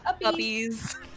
Puppies